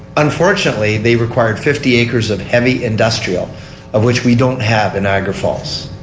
unfortunately they required fifty acres of heavy industrial of which we don't have in niagra falls.